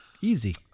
Easy